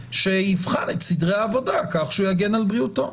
שיבחן את סדרי העבודה כך שהוא יגן על בריאותו.